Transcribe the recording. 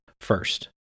first